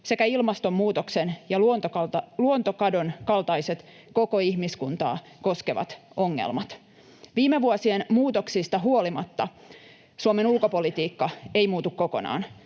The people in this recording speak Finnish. sekä ilmastonmuutoksen ja luontokadon kaltaiset koko ihmiskuntaa koskevat ongelmat. Viime vuosien muutoksista huolimatta Suomen ulkopolitiikka ei muutu kokonaan.